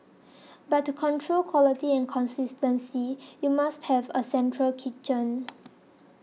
but to control quality and consistency you must have a central kitchen